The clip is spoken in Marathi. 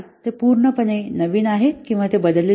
ते पूर्णपणे नवीन आहेत किंवा ते बदलले आहेत